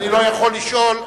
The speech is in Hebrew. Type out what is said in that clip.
אני לא יכול לשאול.